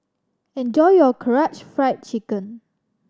enjoy your Karaage Fried Chicken